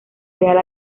real